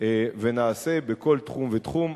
ונעשה בכל תחום ותחום.